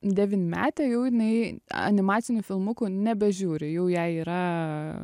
devynmetę jau jinai animacinių filmukų nebežiūri jau jai yra